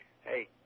Hey